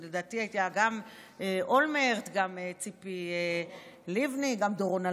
לדעתי, גם אולמרט, גם ציפי לבני, דורון.